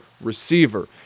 receiver